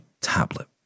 tablet